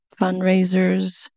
fundraisers